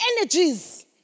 energies